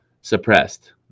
suppressed